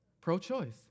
pro-choice